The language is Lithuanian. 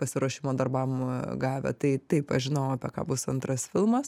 pasiruošimo darbam gavę tai taip aš žinojau apie ką bus antras filmas